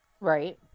Right